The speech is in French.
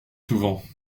souvent